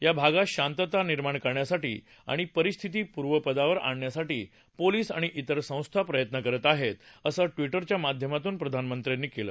या भागात शांतता निर्माण करण्यासाठी आणि परिस्थिती पूर्वपदावर आणण्यासाठी पोलिस आणि इतर संस्था प्रयत्न करत आहेत असं ट्वीट प्रधानमंत्र्यांनी केलं